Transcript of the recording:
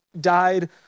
died